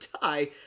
tie